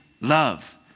love